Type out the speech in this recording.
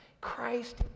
Christ